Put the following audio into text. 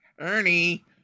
Ernie